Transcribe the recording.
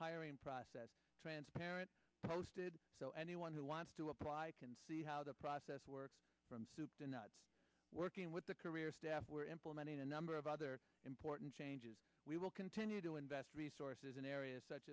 hiring process transparent posted so anyone who wants to apply can see how the process works from soup to and working with the career staff we're implementing a number of other important changes we will continue to invest resources in areas such